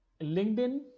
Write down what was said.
LinkedIn